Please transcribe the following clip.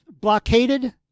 blockaded